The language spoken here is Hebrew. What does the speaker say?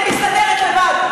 אני מסתדרת לבד.